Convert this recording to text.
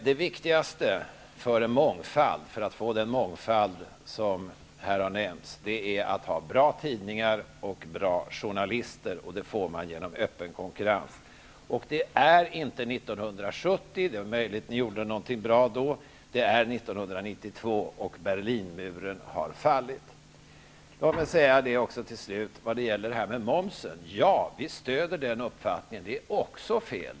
Det viktigaste för att få den mångfald som här har nämnts är att ha bra tidningar och bra journalister, och det får man genom öppen konkurrens. Det är inte 1970 -- det är möjligt att ni gjorde någonting bra då -- utan det är 1992, och Berlinmuren har fallit. Låt mig till slut också säga att vi stöder uppfattningen att momsbefrielsen också är fel.